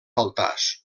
altars